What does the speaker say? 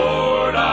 Lord